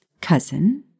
cousin